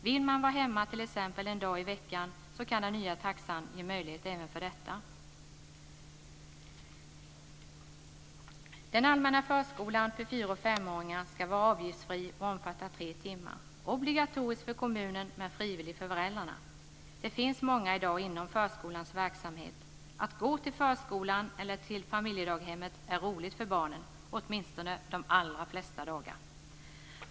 Vill man vara hemma t.ex. en dag i veckan kan den nya taxan ge möjlighet även för detta. Den allmänna förskolan för fyra och femåringar ska vara avgiftsfri och omfatta tre timmar, obligatorisk för kommunen men frivillig för föräldrarna. Det finns många i dag inom förskolans verksamhet. Att gå till förskolan eller till familjedaghemmet är roligt för barnen, åtminstone de allra flesta dagar.